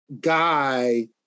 guy